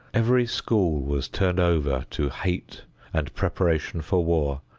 every school was turned over to hate and preparation for war,